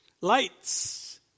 Lights